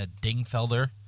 Dingfelder